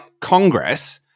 Congress